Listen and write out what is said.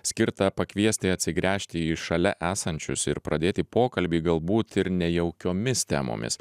skirtą pakviesti atsigręžti į šalia esančius ir pradėti pokalbį galbūt ir nejaukiomis temomis